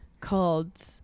called